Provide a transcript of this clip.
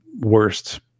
worst